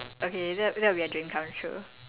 okay that that will be a dream come true